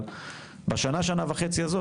אבל בשנה-שנה וחצי האלה,